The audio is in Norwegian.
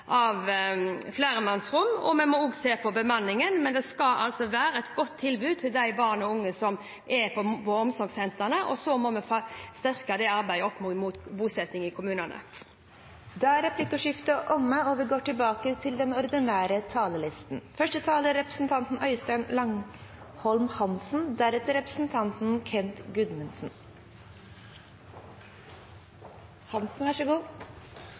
flermannsrom, og vi må også se på bemanningen. Men det skal altså være et godt tilbud til de barn og unge som er på omsorgssentrene, og så må vi styrke det arbeidet opp mot bosetting i kommunene. Replikkordskiftet er omme. Norge som nasjon og de enkelte kommunene våre står nå overfor store utfordringer. Ikke alle er